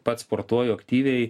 pats sportuoju aktyviai